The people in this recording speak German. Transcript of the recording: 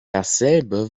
dasselbe